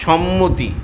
সম্মতি